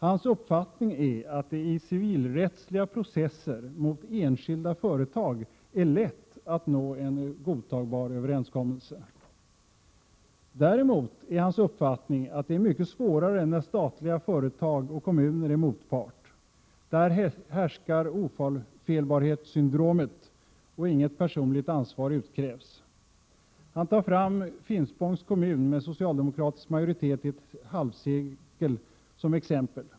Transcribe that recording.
Hans uppfattning är att det är lätt att nå en godtagbar överenskommelse i civilrättsliga processer mot enskilda företag. Däremot anser han att det är mycket svårare när statliga företag eller kommuner är motpart. Där härskar ofelbarhetssyndromet, och inget personligt ansvar utkrävs. Som exempel nämner han Finspångs kommun som haft socialdemokratisk majoritet i ett halvsekel.